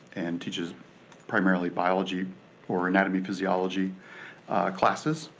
and teaches primarily biology or anatomy physiology classes.